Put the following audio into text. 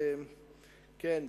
כן,